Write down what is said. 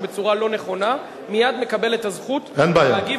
בצורה לא נכונה מייד הוא מקבל את הזכות להגיב,